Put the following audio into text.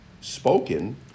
spoken